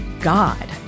God